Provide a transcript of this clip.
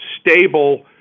stable